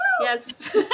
yes